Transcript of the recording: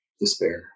despair